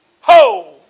Ho